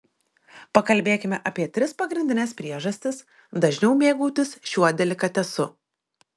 pakalbėkime apie tris pagrindines priežastis dažniau mėgautis šiuo delikatesu